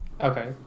Okay